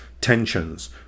tensions